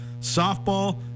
softball